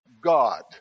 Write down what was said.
God